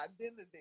identity